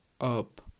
up